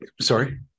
sorry